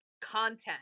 content